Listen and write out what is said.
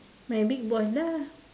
my big boss lah